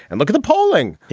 and look at the polling.